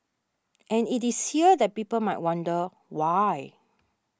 and it is here that people might wonder why